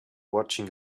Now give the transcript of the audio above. watching